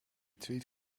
tweet